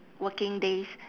working days